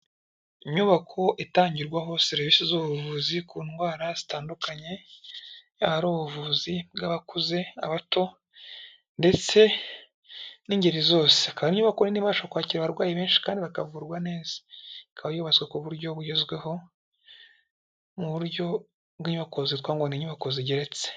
Inyubako itangirwaho serivisi z'ubuvuzi ku ndwara zitandukanye, yaba ari ubuvuzi bw'abakuze, abato ndetse n'ingeri zose. Akaba ari inyubako nini ibasha kwakira abarwayi benshi kandi bakavurwa neza, ikaba yubatswe ku buryo bugezweho, mu buryo bw'inyubako zitwa ngo ni inyubako zigeretse.